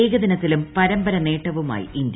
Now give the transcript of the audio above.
ഏകദിനത്തിലും പരമ്പര നേട്ടവുമായി ഇന്ത്യ